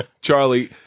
Charlie